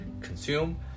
consume